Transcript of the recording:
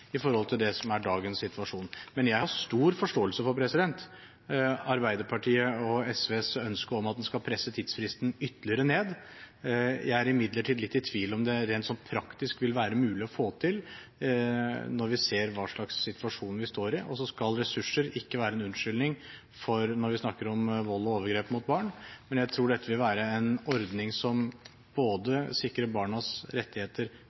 i forhold til det som er dagens situasjon, men jeg har stor forståelse for Arbeiderpartiets og SVs ønske om at en skal presse tidsfristen ytterligere ned. Jeg er imidlertid litt i tvil om det rent praktisk vil være mulig å få til når vi ser hva slags situasjon vi står i. Så skal ressurser ikke være en unnskyldning når vi snakker om vold og overgrep mot barn, men jeg tror dette vil være en ordning som både sikrer barnas rettigheter